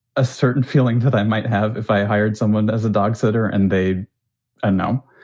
a certain feeling that i might have if i hired someone as a dog sitter and they ah know